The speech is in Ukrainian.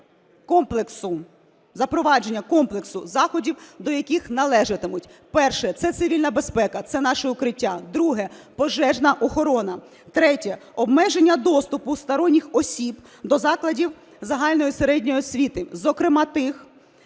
комплексу… запровадження комплексу заходів, до яких належатимуть: Перше. Це цивільна безпека – це наші укриття. Друге. Пожежна охорона. Третє. Обмеження доступу сторонніх осіб до закладів загальної середньої освіти, зокрема тих,